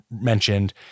mentioned